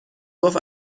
گفت